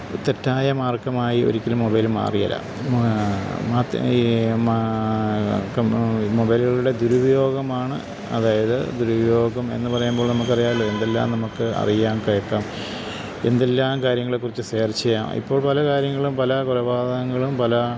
തെറ്റായ മാർഗ്ഗമായി ഒരിക്കലും മൊബൈല് മാറുകയില്ല മൊബൈലുകളുടെ ദുരുപയോഗമാണ് അതായത് ദുരുപയോഗം എന്നു പറയുമ്പോൾ നമുക്കറിയാമല്ലോ എന്തെല്ലാം നമുക്ക് അറിയാം കേള്ക്കാം എന്തെല്ലാം കാര്യങ്ങളെക്കുറിച്ച് സേർച്ചെയ്യാം ഇപ്പോൾ പല കാര്യങ്ങളും പല കൊലപാതകങ്ങളും പല